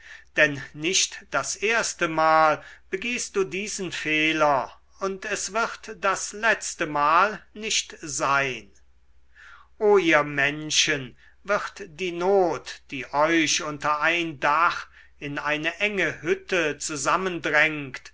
denn nicht das erste mal begehst du diesen fehler und es wird das letzte mal nicht sein o ihr menschen wird die not die euch unter ein dach in eine enge hütte zusammendrängt